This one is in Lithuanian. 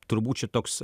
turbūt čia toks